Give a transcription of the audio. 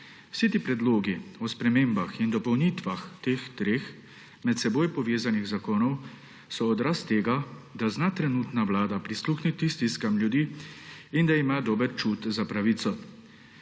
Vsi ti predlogi o spremembah in dopolnitvah teh treh, med seboj povezanih zakonov, so odraz tega, da zna trenutna vlada prisluhniti stiskam ljudi in da ima dober čut za pravico.